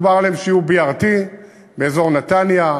דובר שיהיו BRT באזור נתניה,